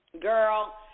girl